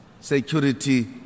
security